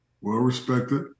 well-respected